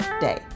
day